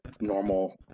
normal